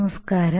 നമസ്കാരം